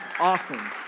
awesome